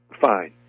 fine